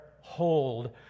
hold